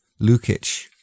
Lukic